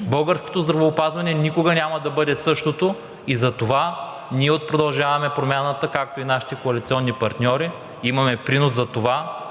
Българското здравеопазване никога няма да бъде същото и затова ние от „Продължаваме Промяната“, както и нашите коалиционни партньори имаме принос за това и съм убеден,